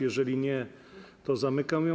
Jeżeli nie, to zamykam ją.